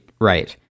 right